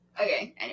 Okay